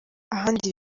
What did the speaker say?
ahandi